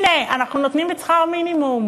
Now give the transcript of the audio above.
הנה, אנחנו נותנים את שכר מינימום.